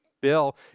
Bill